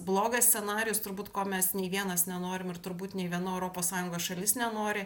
blogas scenarijus turbūt ko mes nei vienas nenorim ir turbūt nei viena europos sąjungos šalis nenori